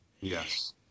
Yes